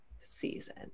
season